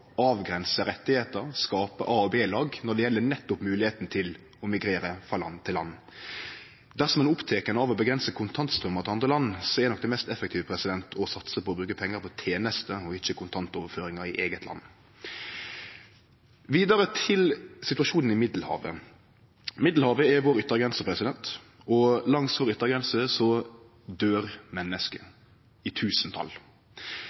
avgrense rettar, skape A- og B-lag når det gjeld nettopp høvet til å migrere frå land til land. Dersom ein er oppteken av å avgrense kontantstønaden mot andre land, er nok det mest effektive å satse på å bruke pengar på tenester og ikkje på kontantoverføringar i eige land. Vidare til situasjonen i Middelhavet: Middelhavet er yttergrensa vår, og langs yttergrensa vår